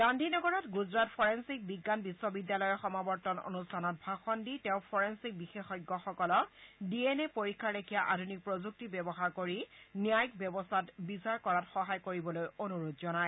গান্ধীনগৰত গুজৰাট ফৰেণচিক বিজ্ঞান বিশ্ববিদ্যালয়ৰ সমাৱৰ্তন অনুষ্ঠানত ভাষণ দি তেওঁ ফৰেণচিক বিশেষজ্ঞসকলক ডি এন এ পৰীক্ষাৰ লেখীয়া আধুনিক প্ৰযুক্তি ব্যৱহাৰ কৰি ন্যায়িক ব্যৱস্থাত বিচাৰ কৰাত সহায় কৰিবলৈ অনুৰোধ জনায়